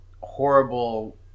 horrible